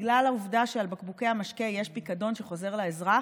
בגלל העובדה שעל בקבוקי המשקה יש פיקדון שחוזר לאזרח.